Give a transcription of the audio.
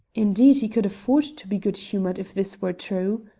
indeed he could afford to be good-humoured if this were true.